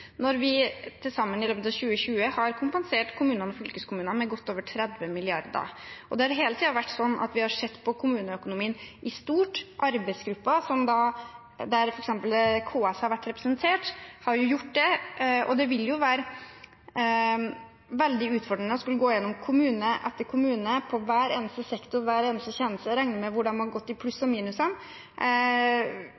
når vi til sammen i løpet av 2020 har kompensert kommuner og fylkeskommuner med godt over 30 mrd. kr. Det har hele tiden vært sånn at vi har sett på kommuneøkonomien i stort. Arbeidsgruppen der f.eks. KS har vært representert, har gjort det. Det ville være veldig utfordrende å skulle gå gjennom kommune etter kommune, hver eneste sektor, hver eneste tjeneste, og regne på hvor hen de har gått i pluss